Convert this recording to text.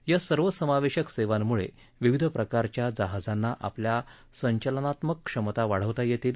या सर्वसमावेश सेवांमुळे विविध प्रकारच्या जहाजांना आपल्या संचालनात्मक क्षमता वाढवता येतील